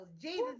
jesus